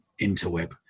interweb